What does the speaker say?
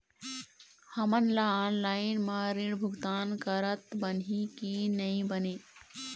हमन ला ऑनलाइन म ऋण भुगतान करत बनही की नई बने?